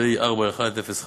פ//204105.